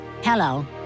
Hello